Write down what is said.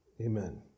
amen